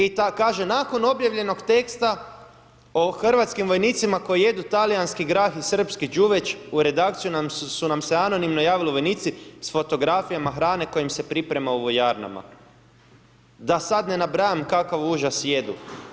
I kaže, nakon objavljenog teksta o hrvatskim vojnicima koji jedu talijanski grah i srpski đuveč, u redakciju su nam se anonimno javili vojnici s fotografijama hrane koja im se priprema u vojarnama, da sad ne nabrajam kakav užas jedu.